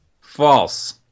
False